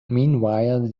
meanwhile